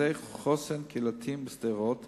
מרכזי חוסן קהילתיים בשדרות